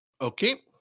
Okay